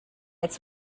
its